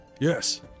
Yes